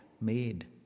made